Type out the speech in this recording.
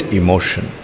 emotion